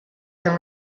her